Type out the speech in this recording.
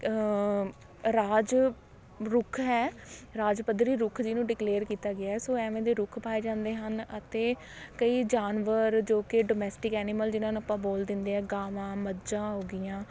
ਰਾਜ ਰੁੱਖ ਹੈ ਰਾਜ ਪੱਧਰੀ ਰੁੱਖ ਜਿਹਨੂੰ ਡਿਕਲੇਅਰ ਕੀਤਾ ਗਿਆ ਸੋ ਐਵੇਂ ਦੇ ਰੁੱਖ ਪਾਏ ਜਾਂਦੇ ਹਨ ਅਤੇ ਕਈ ਜਾਨਵਰ ਜੋ ਕਿ ਡੋਮੈਸਟਿਕ ਐਨੀਮਲ ਜਿਨ੍ਹਾਂ ਨੂੰ ਆਪਾਂ ਬੋਲ ਦਿੰਦੇ ਹਾਂ ਗਾਂਵਾਂ ਮੱਝਾਂ ਹੋ ਗਈਆਂ